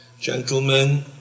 Gentlemen